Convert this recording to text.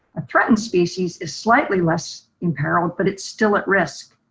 a threatened species is slightly less imperiled, but it's still at risk.